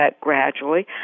gradually